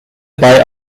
bei